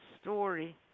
story